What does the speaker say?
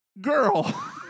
girl